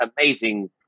amazing